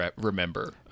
remember